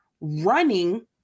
running